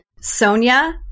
Sonia